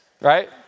Right